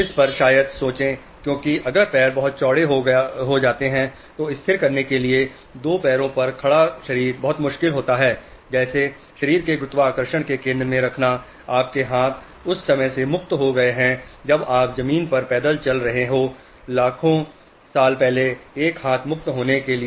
इस पर शायद सोचें क्योंकि अगर पैर बहुत चौड़ा हो गया था तो स्थिर करने के लिए दो पैरों पर खड़ा शरीर बहुत मुश्किल होता जैसे शरीर के गुरुत्वाकर्षण के केंद्र में रखना आपके हाथ उस समय से मुक्त हो गए हैं जब आप जमीन पर पैदल चल रहे हों लाखों साल पहले एक हाथ मुक्त होने के लिए